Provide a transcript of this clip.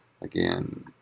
Again